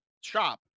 shop